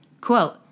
quote